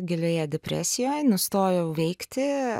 gilioje depresijoj nustojau veikti